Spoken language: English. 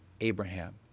Abraham